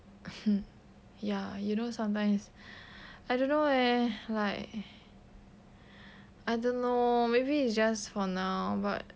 ya you know sometimes I don't know leh like I don't know maybe it's just for now but